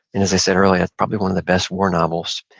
and as i said earlier, that's probably one of the best war novels.